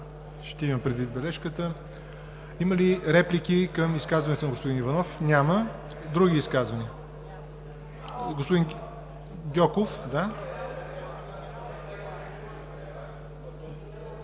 Ще имам предвид бележката. Има ли реплики към изказването на господин Иванов? Няма. Други изказвания? Да, господин Гьоков.